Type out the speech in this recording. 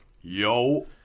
Yo